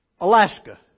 Alaska